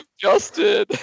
Justin